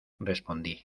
respondí